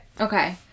Okay